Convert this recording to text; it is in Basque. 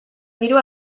diru